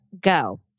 go